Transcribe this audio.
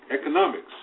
economics